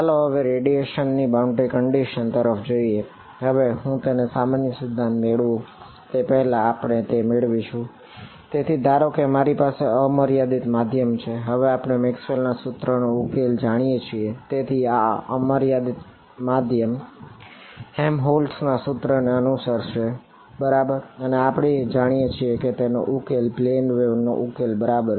ચાલો હવે રેડિએશન નો ઉકેલ છે બરાબર